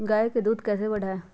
गाय का दूध कैसे बढ़ाये?